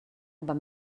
über